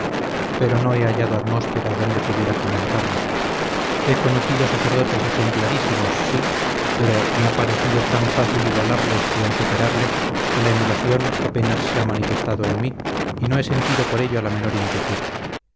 pero no he hallado atmósfera donde pudiera fomentarla he conocido sacerdotes ejemplarísimos sí pero me ha parecido tan fácil igualarles y aun superarles que la emulación apenas se ha manifestado en mí y no he sentido por ello la menor inquietud